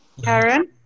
Karen